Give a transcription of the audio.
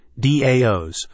DAOs